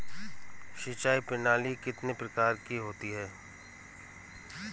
सिंचाई प्रणाली कितने प्रकार की होती है?